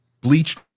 bleached